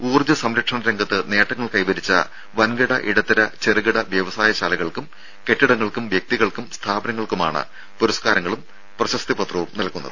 ഊർജ്ജ സംരക്ഷണ രംഗത്ത് നേട്ടങ്ങൾ കൈവരിച്ച വൻകിട ഇടത്തര ചെറുകിട വ്യവസായ ശാലകൾക്കും കെട്ടിടങ്ങൾക്കും വ്യക്തികൾക്കും സ്ഥാപനങ്ങൾക്കുമാണ് പുരസ്കാരങ്ങളും പ്രശസ്തിപത്രവും നൽകുന്നത്